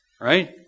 right